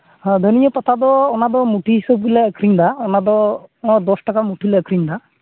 ᱦᱳᱭ ᱫᱷᱩᱱᱤᱭᱟᱹ ᱯᱟᱛᱟᱫᱚ ᱚᱱᱟᱫᱚ ᱢᱩᱴᱷᱤ ᱦᱤᱥᱟᱹᱵ ᱜᱮᱞᱮ ᱟᱠᱷᱨᱤᱧ ᱮᱫᱟ ᱚᱱᱟᱫᱚ ᱫᱚᱥᱴᱟᱠᱟ ᱢᱩᱴᱷᱤᱞᱮ ᱟᱠᱷᱨᱤᱧ ᱮᱫᱟ